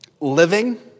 living